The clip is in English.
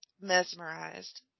mesmerized